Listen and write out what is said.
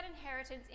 inheritance